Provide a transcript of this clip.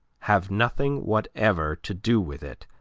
have nothing whatever to do with it.